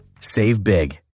SAVEBIG